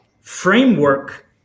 framework